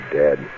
dead